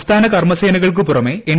സംസ്ഥാന കർമസേനകൾക്കു പുറമെ എൻ